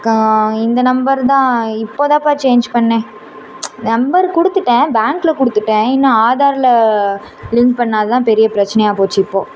இந்த நம்பர் தான் இப்போ தான்ப்பா சேன்ஞ் பண்ணேன் நம்பர் கொடுத்துட்டேன் பேங்க்கில் கொடுத்துட்டேன் இன்னும் ஆதாரில் லிங்க் பண்ணாதது தான் பெரிய பிரச்சனையாக போச்சு இப்போது